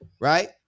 right